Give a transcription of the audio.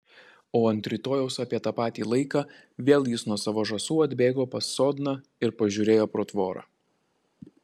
o ant rytojaus apie tą patį laiką vėl jis nuo savo žąsų atbėgo pas sodną ir pažiūrėjo pro tvorą